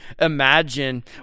imagine